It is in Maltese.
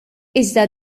iżda